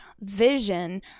vision